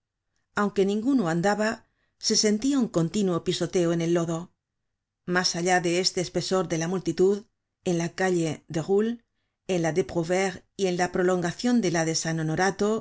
aunque ninguno andaba se sentia un continuo pisoteo en el lodo mas allá de este espesor de la multitud en la calle de roule en la de prouvaiíes y en la prolongacion de la de san honorato